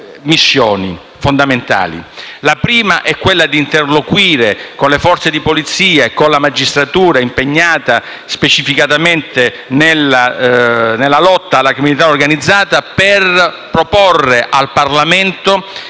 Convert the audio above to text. missioni fondamentali, la prima delle quali è l'interlocuzione con le Forze di polizia e la magistratura impegnata specificatamente nella lotta alla criminalità organizzata, per proporre al Parlamento